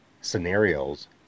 scenarios